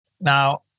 Now